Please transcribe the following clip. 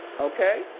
Okay